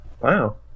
Wow